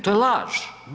To je laž.